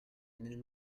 nel